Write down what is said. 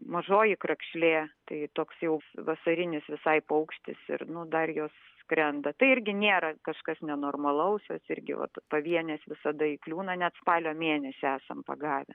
mažoji krakšlė tai toks jau vasarinis visai paukštis ir nu dar jos skrenda tai irgi nėra kažkas nenormalaus jos irgi vat pavienės visada įkliūna net spalio mėnesį esam pagavę